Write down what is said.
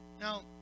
Now